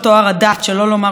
שלא לומר על טוהר הגזע.